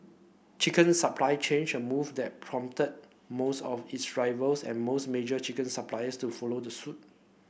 chicken supply change a move that prompted most of its rivals and most major chicken suppliers to follow the suit